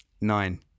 nine